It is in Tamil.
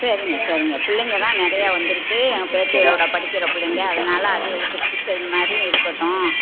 சரிங்க சரிங்க பிள்ளைங்க தான் நிறைய வந்திருக்கு எங்கள் பேத்திகளோட படிக்கிற பிள்ளைங்க அதனால் அதுகளுக்கு பிடிச்சது மாதிரியும் இருக்கட்டும்